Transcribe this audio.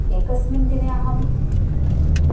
एकस्मिन् दिने अहं